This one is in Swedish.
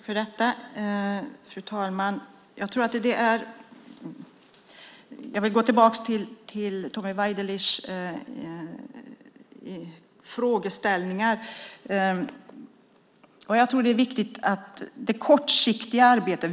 Fru talman! Jag vill gå tillbaka till Tommy Waidelichs frågeställningar. Jag tror att det är viktigt med det kortsiktiga arbetet.